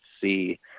see